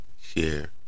share